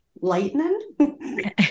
lightning